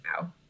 now